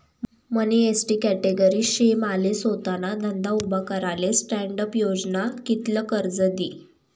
मनी ST category शे माले सोताना धंदा उभा कराले स्टॅण्डअप योजना कित्ल कर्ज दी?